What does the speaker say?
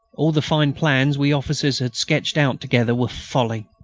all the fine plans we officers had sketched out together were folly.